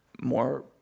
more